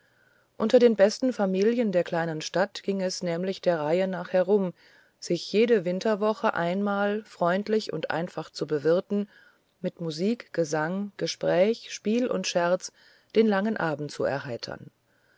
unter den besten familien der kleinen stadt ging es nämlich der reihe nach herum sich jede winterwoche einmal freundlich und einfach zu bewirten und mit musik gesang gespräch spiel und scherz den langen abend zu erheitern